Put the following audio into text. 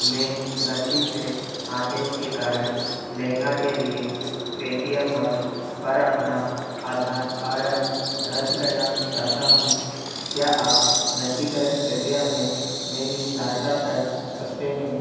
मैं घलती से आदेश के कारण लहंगा के लिए पेटीएम मॉल पर अपना आधार आडर रद्द करना चाहता हूँ क्या आप रद्दीकरण प्रक्रिया में मेरी सहायता कर सकते हैं